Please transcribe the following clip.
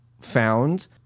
found